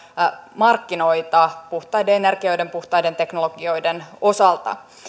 markkinoita puhtaiden energioiden puhtaiden teknologioiden osalta